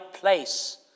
place